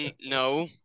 no